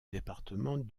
département